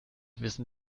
wissen